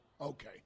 Okay